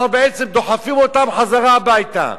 אנחנו בעצם דוחפים אותם חזרה הביתה.